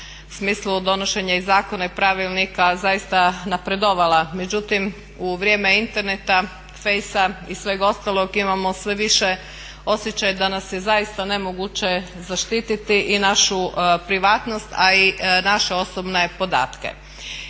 smislu donošenja i zakona i pravilnika zaista napredovala, međutim u vrijeme interneta, fejsa i svega ostalog imamo sve više osjećaj da nas je zaista nemoguće zaštititi i našu privatnost, a i naše osobne podatke.